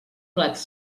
blats